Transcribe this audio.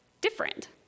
different